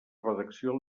redacció